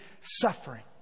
suffering